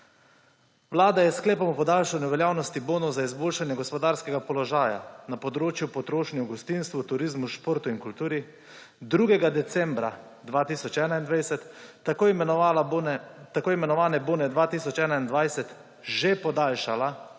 Vlada je s sklepom o podaljšanju veljavnosti bonov za izboljšanje gospodarskega položaja na področju potrošnje v gostinstvu, turizmu, športu in kulturi 2. 12. 2021 tako imenovane bone 2021 že podaljšala